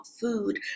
food